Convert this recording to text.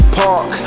park